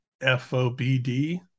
fobd